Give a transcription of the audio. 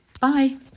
Bye